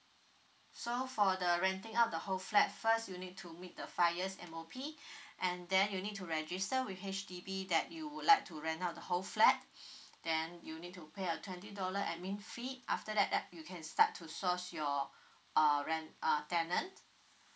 so for the renting out the whole flat first you need to meet the five years M_O_P and then you need to register with H_D_B that you would like to rent out the whole flat then you need to pay a twenty dollar admin fee after that you can start to source your uh ren~ uh tenant